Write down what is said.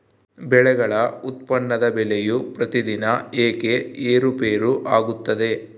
ಬೆಳೆಗಳ ಉತ್ಪನ್ನದ ಬೆಲೆಯು ಪ್ರತಿದಿನ ಏಕೆ ಏರುಪೇರು ಆಗುತ್ತದೆ?